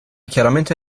chiaramente